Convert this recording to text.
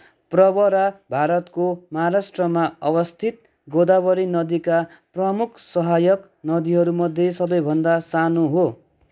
प्रवरा भारतको महाराष्ट्रमा अवस्थित गोदावरी नदीका प्रमुख सहायक नदीहरूमध्ये सबैभन्दा सानो हो